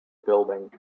building